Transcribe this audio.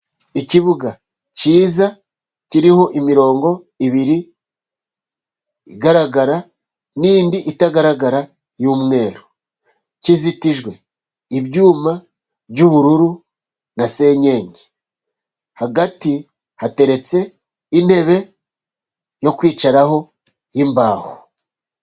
Ikibuga cyiza kiriho imirongo ibiri, igaragara n'indi itagaragara y'umweru, kizitijwe ibyuma by'ubururu na senyenge hagati hateretse intebe yo kwicaraho y'imbaho.